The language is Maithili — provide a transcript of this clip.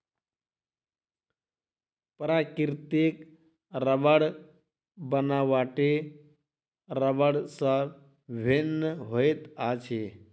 प्राकृतिक रबड़ बनावटी रबड़ सॅ भिन्न होइत अछि